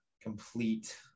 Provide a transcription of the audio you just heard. complete